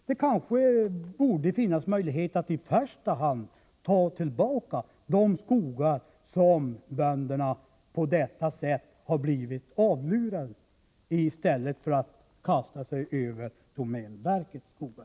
Det kanske borde finnas möjlighet att i första hand ta tillbaka de skogar som bönderna på detta sätt har blivit avlurade, i stället för att kasta sig över domänverkets skogar.